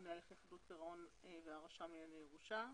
הממונה על הליכי חדלות פירעון והרשם לענייני ירושה.